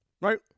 right